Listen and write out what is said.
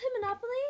Monopoly